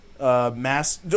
Mass